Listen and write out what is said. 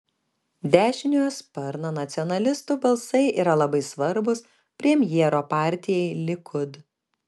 dešiniojo sparno nacionalistų balsai yra labai svarbūs premjero partijai likud